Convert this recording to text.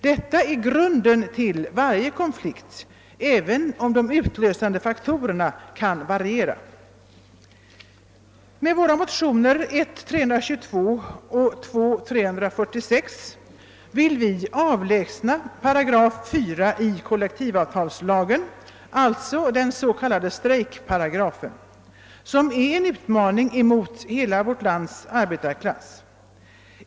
Detta är grunden till varje konflikt, även om de utlösande faktorerna kan variera. Med våra motioner I: 322 och II: 346 vill vi avlägsna 4 § i kollektivavtalslagen, alltså den s.k. strejkparagrafen, som är en utmaning mot hela vårt lands arbetarklass.